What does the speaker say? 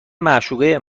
معشوقه